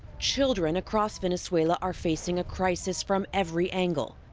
children across venezuela are facing a crisis from every angle,